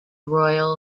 royal